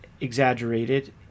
exaggerated